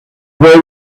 player